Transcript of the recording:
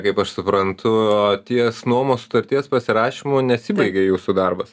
kaip aš suprantu ties nuomos sutarties pasirašymu nesibaigia jūsų darbas